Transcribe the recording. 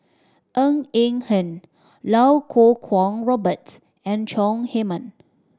Ng Eng Hen Iau Kuo Kwong Robert and Chong Heman